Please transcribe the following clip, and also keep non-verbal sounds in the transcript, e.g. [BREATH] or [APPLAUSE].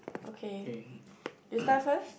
okay [BREATH] you start first